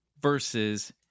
versus